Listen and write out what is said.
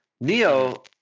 Neo